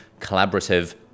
collaborative